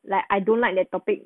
like I don't like that topic